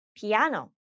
PIano